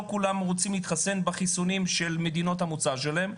כולם רוצים להתחסן בחיסונים של מדינות המוצא שלהם.